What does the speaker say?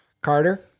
Carter